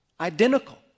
Identical